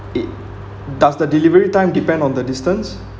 it does the delivery time depend on the distance